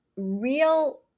real